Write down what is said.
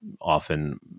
often